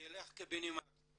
שילך קיבינימט.